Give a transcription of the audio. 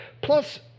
Plus